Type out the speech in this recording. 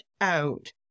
out